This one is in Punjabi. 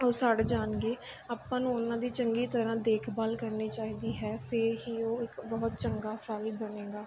ਉਹ ਸੜ ਜਾਣਗੇ ਆਪਾਂ ਨੂੰ ਉਹਨਾਂ ਦੀ ਚੰਗੀ ਤਰ੍ਹਾਂ ਦੇਖਭਾਲ ਕਰਨੀ ਚਾਹੀਦੀ ਹੈ ਫਿਰ ਹੀ ਉਹ ਇੱਕ ਬਹੁਤ ਚੰਗਾ ਫਲ ਬਣੇਗਾ